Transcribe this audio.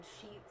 sheets